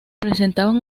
presentaban